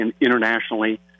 internationally—